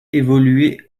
évoluait